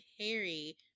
Harry